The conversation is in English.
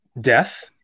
death